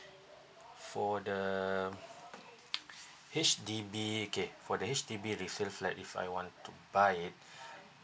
for the H_D_B okay for the H_D_B resale flat if I want to buy it